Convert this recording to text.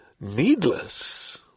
needless